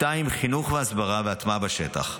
חינוך והסברה והטמעה בשטח.